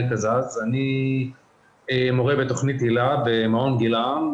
אני מורה בתכנית היל"ה במעון גיל עם,